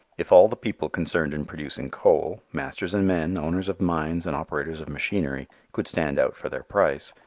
if all the people concerned in producing coal, masters and men, owners of mines and operators of machinery, could stand out for their price,